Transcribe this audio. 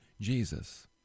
Jesus